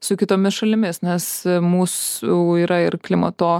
su kitomis šalimis nes mūsų yra ir klimato